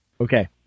Okay